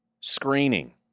Screening